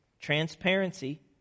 transparency